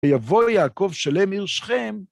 ויבוא יעקב שלם מרשכם.